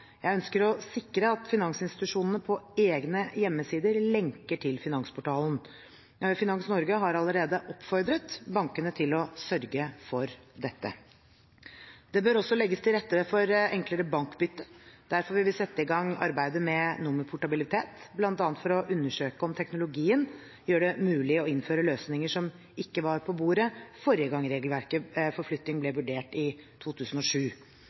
Jeg ønsker å sikre at finansinstitusjonene på egne hjemmesider lenker til finansportalen. Finans Norge har allerede oppfordret bankene til å sørge for dette. Det bør også legges til rette for enklere bankbytte. Derfor vil vi sette i gang arbeidet med nummerportabilitet, bl.a. for å undersøke om teknologien gjør det mulig å innføre løsninger som ikke var på bordet forrige gang forflytting ble vurdert, i 2007.